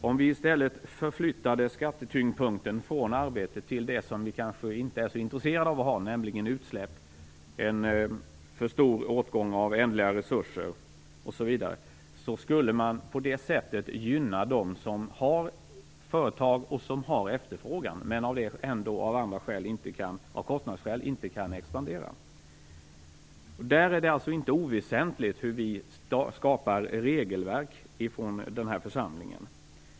Om vi i stället flyttade skattetyngdpunkten från arbete till något vi inte är så intresserade av att ha, nämligen utsläpp, för stor åtgång av ändliga resurser osv., skulle man gynna dem som har företag och som har efterfrågan men som ändå av kostnadsskäl inte kan expandera. Där är det inte oväsentligt hur vi skapar regelverk i den här församlingen.